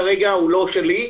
כרגע הוא לא שלי.